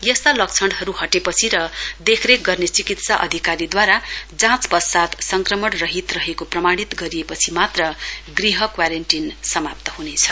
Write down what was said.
यस्ता लक्षणहरु हटेपछि र देखरेख गर्ने चिकित्सा अधिकारीद्वारा जाँच पश्चात संक्रमण रहित रहेको प्रमाणित गरिएपछि मात्र गृह क्वारेन्टीन समाप्त हुनेछ